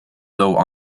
though